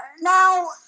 Now